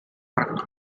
харагдах